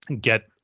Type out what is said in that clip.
get